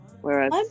whereas